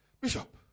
Bishop